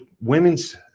Women's